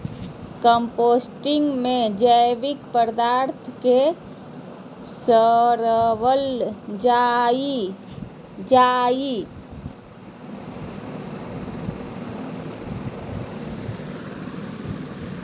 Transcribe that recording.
composting में जैविक पदार्थ के सड़ाबल जा हइ